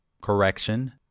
correction